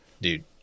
Dude